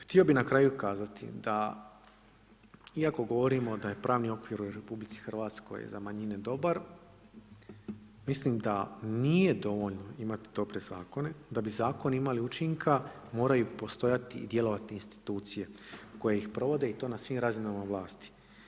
Htio bih na kraju kazati, da iako govorimo da je pravni okvir u RH za manjine dobar, mislim da nije dovoljno imati dobre zakone, da bi zakoni imali učinka moraju postojati i djelovati institucije koje ih provode i to na svim razinama vlasti.